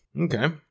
Okay